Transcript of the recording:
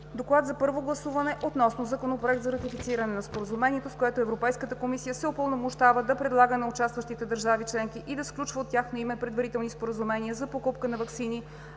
„ДОКЛАД за първо гласуване относно Законопроект за ратифициране на Споразумението, с което Европейската комисия се упълномощава да предлага на участващите държави членки и да сключва от тяхно име предварителни споразумения за покупка на ваксини